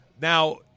now